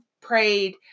prayed